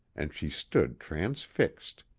and she stood transfixed.